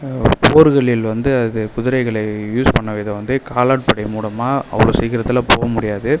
போர்களில் வந்து அது குதிரைகளை யூஸ் பண்ண விதம் வந்து காளான் படை மூலமாக அவ்வளோ சீக்கரத்தில் போக முடியாது